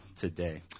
today